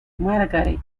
margaret